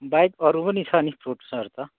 बाहेक अरू पनि छ नि फ्रुट्सहरू त